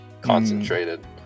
Concentrated